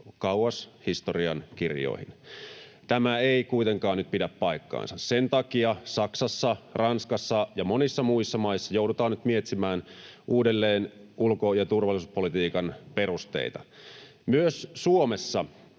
kauas historiankirjoihin. Tämä ei kuitenkaan nyt pidä paikkaansa. Sen takia Saksassa, Ranskassa ja monissa muissa maissa joudutaan nyt miettimään uudelleen ulko- ja turvallisuuspolitiikan perusteita. Myös Suomessa